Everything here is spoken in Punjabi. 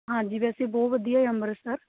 ਹਾਂਜੀ ਵੈਸੇ ਬਹੁਤ ਵਧੀਆ ਹੈ ਅੰਮ੍ਰਿਤਸਰ